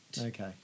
Okay